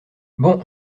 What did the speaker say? bon